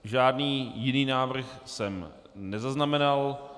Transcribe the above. Žádný jiný návrh jsem nezaznamenal.